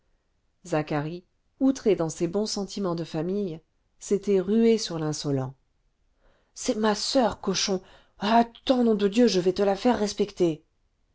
zacharie outré dans ses bons sentiments de famille s'était rué sur l'insolent c'est ma soeur cochon attends nom de dieu je vas te la faire respecter